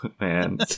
man